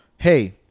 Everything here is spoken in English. Hey